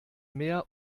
mehr